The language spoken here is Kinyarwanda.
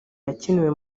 yakiniwe